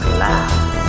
laugh